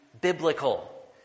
biblical